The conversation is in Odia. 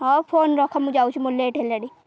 ହଁ ଫୋନ୍ ରଖ ମୁଁ ଯାଉଛିି ମୋର ଲେଟ୍ ହେଲାଣି